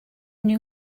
new